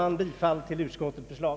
Jag yrkar bifall till utskottets förslag.